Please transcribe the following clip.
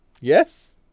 Yes